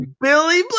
Billy